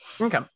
Okay